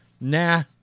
Nah